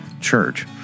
church